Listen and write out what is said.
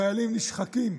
החיילים נשחקים.